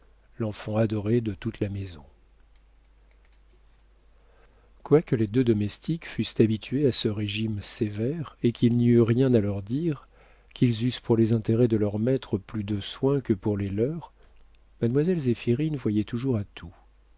l'enfant adoré de toute la maison quoique les deux domestiques fussent habitués à ce régime sévère et qu'il n'y eût rien à leur dire qu'ils eussent pour les intérêts de leurs maîtres plus de soin que pour les leurs mademoiselle zéphirine voyait toujours à tout